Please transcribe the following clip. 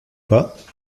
pas